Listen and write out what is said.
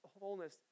wholeness